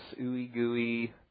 ooey-gooey